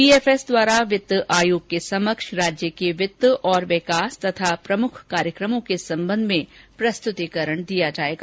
PFS द्वारा वित्त आयोग के समक्ष राज्य के वित्त और विकास तथा प्रमुख कार्यक्रमों के संबंध में प्रस्तुतीकरण दिया जाएगा